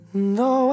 no